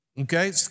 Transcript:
okay